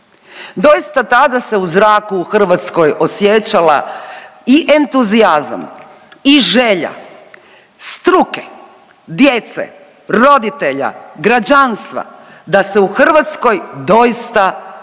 Doista tada se u zraku u Hrvatskoj osjećala i entuzijazam i želja struke, djece, roditelja, građanstva da se u Hrvatskoj doista pokrene